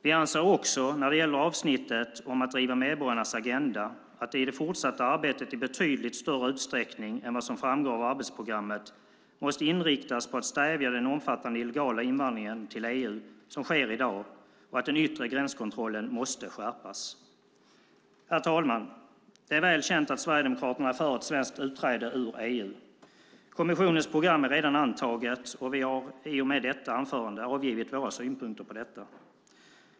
Vi anser att avsnittet om att driva medborgarnas agenda i det fortsatta arbetet i betydligt större utsträckning än vad som framgår av arbetsprogrammet måste inriktas på att stävja den omfattande illegala invandring till EU som sker i dag och att den yttre gränskontrollen måste skärpas. Herr talman! Det är väl känt att Sverigedemokraterna är för ett svenskt utträde ur EU. Kommissionens program är redan antaget och vi har i och med detta anförande avgivit våra synpunkter på detta.